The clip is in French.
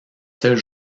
seuls